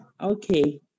Okay